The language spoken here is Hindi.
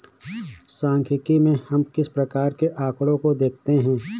सांख्यिकी में हम किस प्रकार के आकड़ों को देखते हैं?